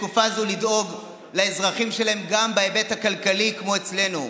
בתקופה זו לדאוג לאזרחים שלהן גם בהיבט הכלכלי כמו אצלנו,